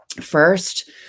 first